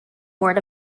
board